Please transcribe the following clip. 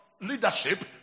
leadership